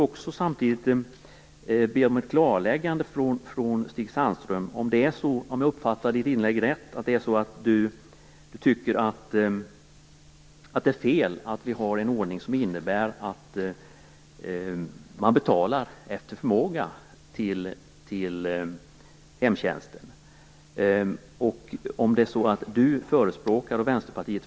Om jag uppfattade Stig Sandströms inlägg rätt måste jag be om ett klarläggande om ifall han tycker att det är fel att vi har en ordning som innebär att man betalar till hemtjänsten efter förmåga.